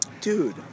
dude